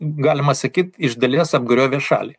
galima sakyt iš dalies apgriovė šalį